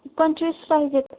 पंचवीस पाहिजेत